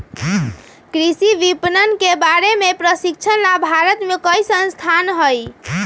कृषि विपणन के बारे में प्रशिक्षण ला भारत में कई संस्थान हई